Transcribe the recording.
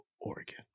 Oregon